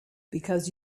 because